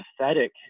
pathetic